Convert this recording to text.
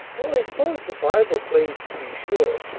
well, i s'pose the bible claims to be sure.